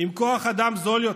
עם כוח אדם זול יותר.